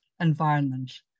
environment